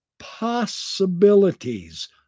Possibilities